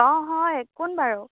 অঁ হয় কোন বাৰু